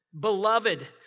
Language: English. Beloved